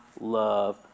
love